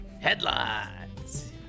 Headlines